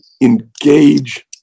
engage